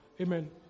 Amen